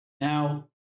Now